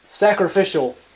sacrificial